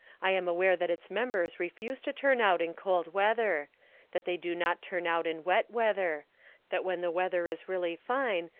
i am aware that its members refuse to turn out in cold weather that they do not turn out in wet weather that when the weather is really fine,